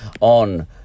on